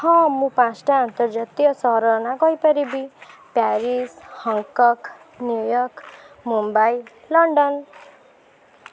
ହଁ ମୁଁ ପାଞ୍ଚଟା ଅନ୍ତର୍ଜାତୀୟ ସହରର ନାଁ କହି ପାରିବି Paris Hong Kong New York Mumbai London